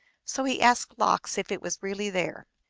so he asked lox if it was really there.